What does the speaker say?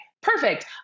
Perfect